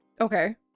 Okay